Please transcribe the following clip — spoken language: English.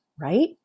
right